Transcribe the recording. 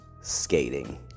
skating